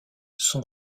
son